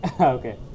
Okay